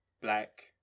black